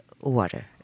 Water